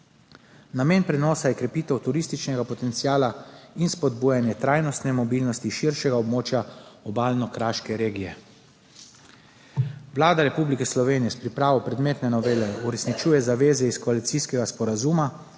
Namen prenosa je krepitev turističnega potenciala in spodbujanje trajnostne mobilnosti širšega območja Obalno-kraške regije. Vlada Republike Slovenije s pripravo predmetne novele uresničuje zaveze iz koalicijskega sporazuma,